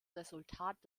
resultat